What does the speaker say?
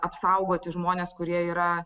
apsaugoti žmones kurie yra